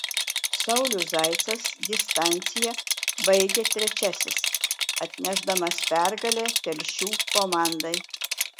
saulius zaicas distanciją baigė trečiasis atnešdamas pergalę telšių komandai